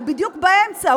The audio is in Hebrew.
הוא בדיוק באמצע,